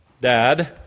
Dad